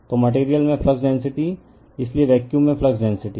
तो मटेरियल में flux density इसलिए वैक्यूम में फ्लक्स डेंसिटी